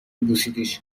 بوسیدیش